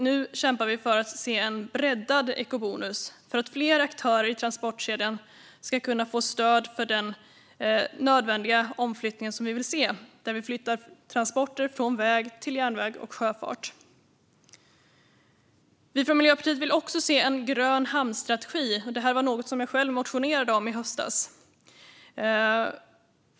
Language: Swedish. Nu kämpar vi för att se en breddad ekobonus så att fler aktörer i transportkedjan ska kunna få stöd för den nödvändiga omflyttningen av transporter från väg till järnväg och sjöfart. Miljöpartiet vill också se en grön hamnstrategi, och det motionerade jag själv om i höstas.